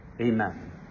amen